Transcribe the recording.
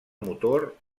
motor